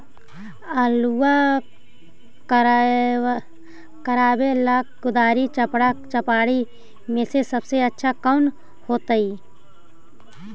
आलुआ कबारेला कुदारी, चपरा, चपारी में से सबसे अच्छा कौन होतई?